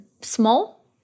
Small